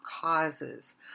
causes